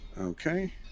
Okay